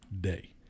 day